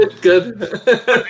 good